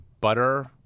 butter